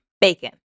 Bacon